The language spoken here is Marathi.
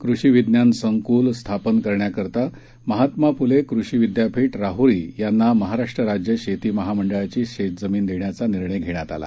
कृषी विज्ञान संकुल स्थापन करण्याकरिता महात्मा फुले कृषी विद्यापीठ राहुरी यांना महाराष्ट्र राज्य शेती महामंडळाची शेतजमीन देण्याचा निर्णय घेण्यात आला